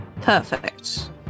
perfect